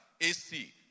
AC